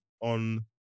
on